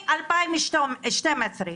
ב-2012.